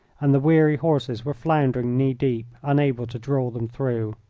and the weary horses were floundering knee-deep unable to draw them through.